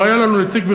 לו היה לנו נציג,